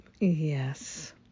yes